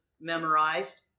memorized